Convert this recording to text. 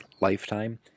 lifetime